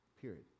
period